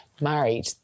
married